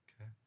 Okay